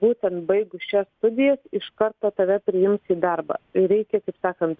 būtent baigus šias studijas iš karto tave priims į darbą reikia kaip sakant